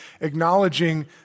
acknowledging